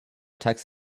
text